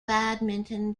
badminton